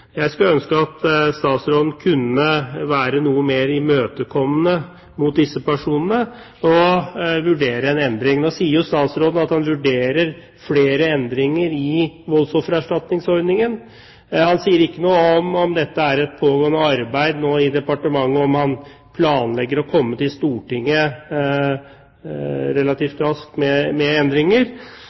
Jeg skulle ønske at statsråden kunne være noe mer imøtekommende mot disse personene og vurdere en endring. Nå sier statsråden at han vurderer flere endringer i voldsoffererstatningsordningen, men han sier ikke noe om dette er et pågående arbeid i departementet, og om han planlegger å komme til Stortinget relativt raskt med endringer.